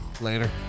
Later